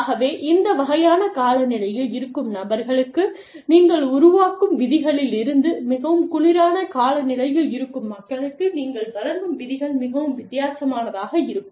ஆகவே இந்த வகையான காலநிலையில் இருக்கும் நபர்களுக்கு நீங்கள் உருவாக்கும் விதிகளிலிருந்து மிகவும் குளிரான காலநிலையில் இருக்கும் மக்களுக்கு நீங்கள் வழங்கும் விதிகள் மிகவும் வித்தியாசமானதாக இருக்கும்